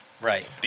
Right